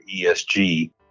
ESG